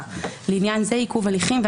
תקופת ההארכה" יבוא "עד יום ז' באדר ב'